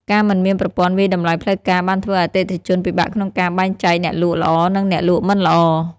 ការមិនមានប្រព័ន្ធវាយតម្លៃផ្លូវការបានធ្វើឱ្យអតិថិជនពិបាកក្នុងការបែងចែកអ្នកលក់ល្អនិងអ្នកលក់មិនល្អ។